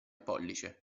pollice